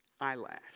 eyelash